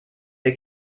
wir